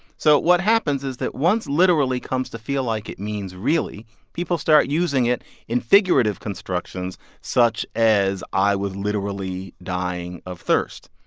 so what happens is that once literally comes to feel like it means really, people start using it in figurative constructions such as i was literally dying of thirst.